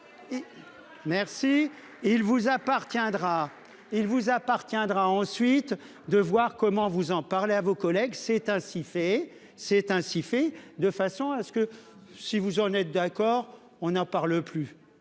Il vous appartiendra ensuite de voir comment vous en parlez à vos collègues s'est ainsi fait c'est ainsi fait de façon à ce que si vous en êtes d'accord, on en parle plus